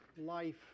life